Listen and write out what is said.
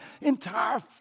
entire